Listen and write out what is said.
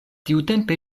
tiutempe